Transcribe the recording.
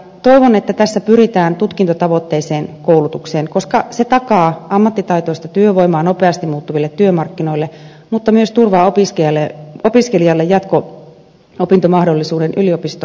toivon että tässä pyritään tutkintotavoitteiseen koulutukseen koska se takaa ammattitaitoista työvoimaa nopeasti muuttuville työmarkkinoille mutta myös turvaa opiskelijalle jatko opintomahdollisuuden yliopistoa myöten